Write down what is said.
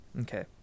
Okay